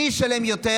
מי ישלם יותר,